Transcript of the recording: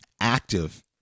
active